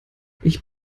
ich